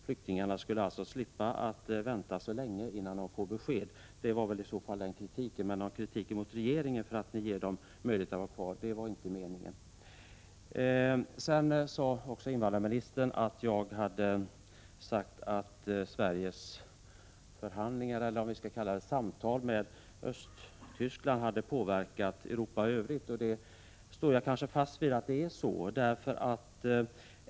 Flyktingarna skulle alltså inte behöva vänta så länge innan de får besked. Detta var innebörden av min kritik. Däremot riktade jag inte någon kritik mot regeringen för att den ger flyktingar möjligheter att stanna kvar. Invandrarministern noterade också att jag sagt att Sveriges samtal med Östtyskland hade påverkat Europa i övrigt. Jag står fast vid att det förhåller sig så.